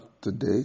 today